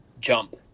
jump